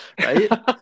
right